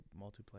multiplayer